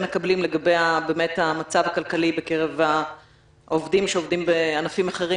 מקבלים לגבי המצב הכלכלי בקרב העובדים שעובדים בענפים אחרים,